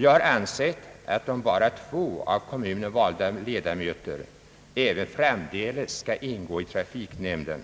Jag har ansett att om bara två av kommunen valda ledamöter även framdeles skall ingå i trafiknämnden,